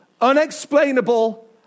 unexplainable